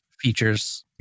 features